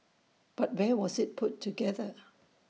but where was IT put together